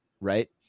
Right